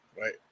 right